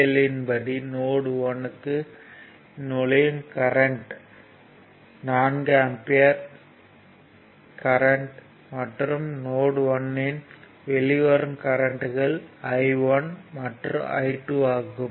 L யின் படி node 1 இன் நுழையும் கரண்ட் 4 ஆம்பியர் கரண்ட் மற்றும் நோட் 1 இன் வெளிவரும் கரண்ட்கள் I1 மற்றும் I2 ஆகும்